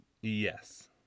Yes